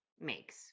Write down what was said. makes